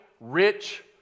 rich